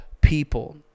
people